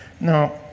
Now